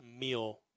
meal